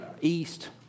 east